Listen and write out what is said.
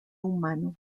humano